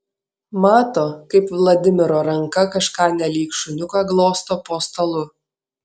mato kaip vladimiro ranka kažką nelyg šuniuką glosto po stalu